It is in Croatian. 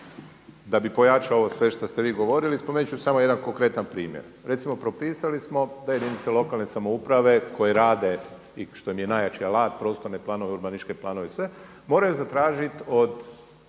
Da bi pojačao ovo sve što ste vi govorili, spomenut ću samo jedan konkretan primjer, recimo propisali smo da jedinica lokalne samouprave koje rade i što nije najjači alat prostorne planove, urbanističke planove i sve moraju zatražiti od